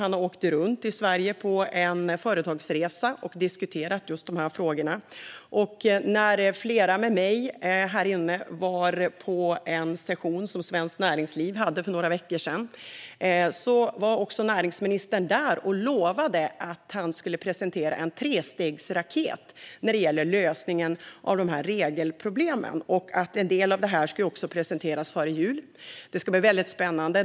Han har åkt runt i Sverige på en företagsresa och diskuterat de här frågorna. När jag och flera med mig här inne var på en session som Svenskt Näringsliv anordnade för några veckor sedan var också näringsministern där. Han lovade att han ska presentera en trestegsraket när det gäller lösningen på de här regelproblemen. En del av den ska presenteras före jul. Det ska bli väldigt spännande.